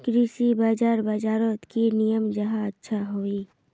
कृषि बाजार बजारोत की की नियम जाहा अच्छा हाई?